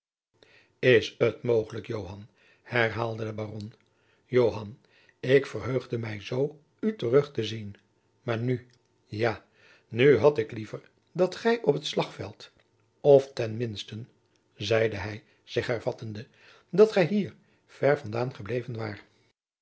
is het mogelijk joan herhaalde de baron joan ik verheugde mij zoo u terug te zien maar nu ja nu had ik liever dat gij op het slagveld of ten minsten zeide hij zich hervattende dat gij hier ver vandaan gebleven waar